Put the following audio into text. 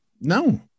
No